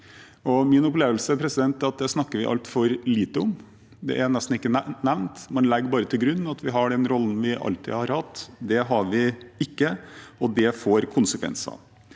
min opplevelse er at vi snakker altfor lite om det. Det er nesten ikke nevnt. Man legger bare til grunn at vi har den rollen vi alltid har hatt. Det har vi ikke, og det får konsekvenser.